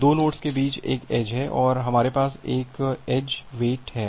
2 nodes के बीच एक एज है और हमारे पास एक एज वेट है